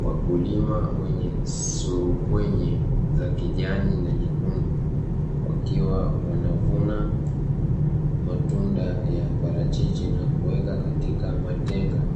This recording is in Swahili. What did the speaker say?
Wakulima wenye suruali za kijani na nyekundu, wakiwa wanavuna parachichi na kuweka katika matenga,